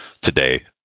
today